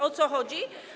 O co chodzi?